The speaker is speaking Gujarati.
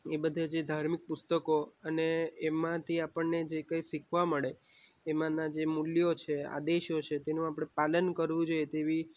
એ બધા જે ધાર્મિક પુસ્તકો અને એમાંથી આપણને જે કંઈ શીખવા મળે એમાંનાં જે મૂલ્યો છે આદેશો છે તેનું આપણે પાલન કરવું જોઈએ તેવી